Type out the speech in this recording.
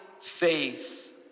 faith